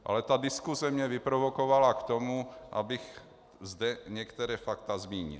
Ale ta diskuse mě vyprovokovala k tomu, abych zde některá fakta zmínil.